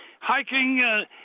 hiking